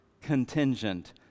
contingent